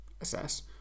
assess